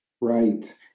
Right